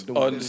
on